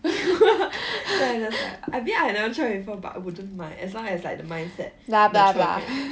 then I just like I mean I never try before but I wouldn't mind as long as like the mindset match